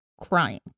crying